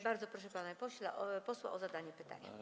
Bardzo proszę pana posła o zadanie pytania.